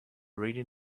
reading